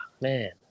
man